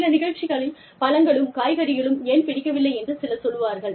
சில நிகழ்ச்சிகளில் பழங்களும் காய்கறிகளும் ஏன் பிடிக்கவில்லை என்று சிலர் சொல்வார்கள்